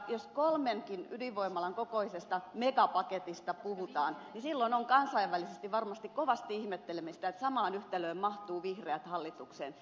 jos kolmenkin ydinvoimalan kokoisesta megapaketista puhutaan niin silloin on kansainvälisesti varmasti kovasti ihmettelemistä siinä että samaan yhtälöön mahtuvat vihreät hallitukseen